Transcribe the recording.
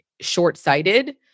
short-sighted